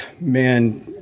man